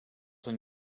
hun